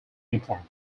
informed